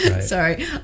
Sorry